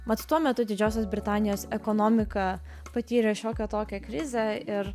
mat tuo metu didžiosios britanijos ekonomika patyrė šiokią tokią krizę ir